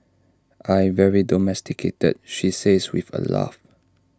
I very domesticated she says with A laugh